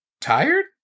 tired